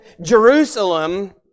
Jerusalem